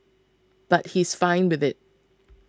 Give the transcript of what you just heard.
but he's fine with it